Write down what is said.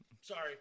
Sorry